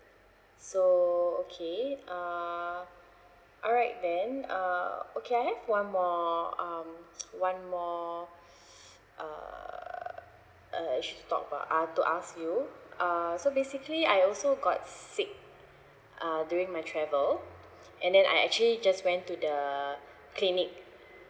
so okay uh alright then uh okay I have one more um one more uh I actually thought about a~ to ask you uh so basically I also got sick uh during my travel and then I actually just went to the clinic